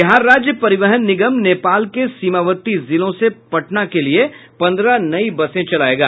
बिहार राज्य परिवहन निगम नेपाल के सीमावर्ती जिलों से पटना के लिए पन्द्रह नयी बसे चलायेगा